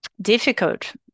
difficult